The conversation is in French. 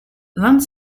vingt